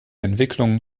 entwicklungen